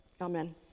Amen